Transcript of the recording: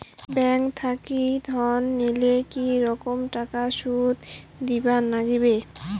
Bank থাকি ঋণ নিলে কি রকম টাকা সুদ দিবার নাগিবে?